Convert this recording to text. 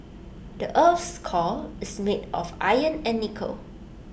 the Earth's core is made of iron and nickel